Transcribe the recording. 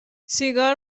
سیگار